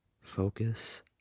focus